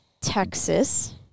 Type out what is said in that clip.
Texas